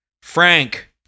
Frank